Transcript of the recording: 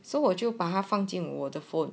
so 我就把它放进我的 phone